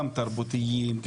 גם תרבותיים,